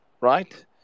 Right